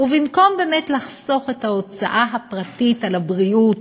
במקום באמת לחסוך את ההוצאה הפרטית על הבריאות,